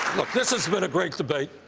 look, this has been a great debate.